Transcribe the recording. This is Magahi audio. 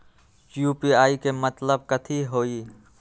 यू.पी.आई के मतलब कथी होई?